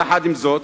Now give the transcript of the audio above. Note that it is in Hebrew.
יחד עם זאת,